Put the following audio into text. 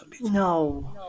no